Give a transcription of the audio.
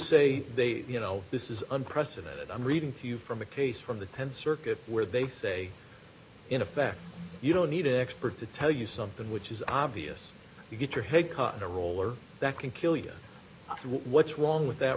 say they you know this is unprecedented i'm reading to you from a case from the th circuit where they say in effect you don't need an expert to tell you something which is obvious you get your head cut the roller that can kill you what's wrong with that